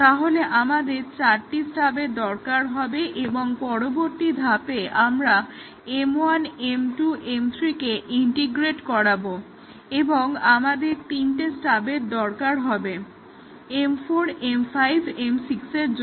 তাহলে আমাদের চারটে স্টাবের দরকার হবে এবং এর পরবর্তী ধাপে আমরা M1 M2 M3 কে ইন্টিগ্রেট করবো এবং আমাদের তিনটে স্টাবের দরকার হবে M4 M5 M6 এর জন্য